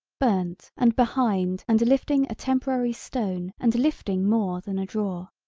burnt and behind and lifting a temporary stone and lifting more than a drawer.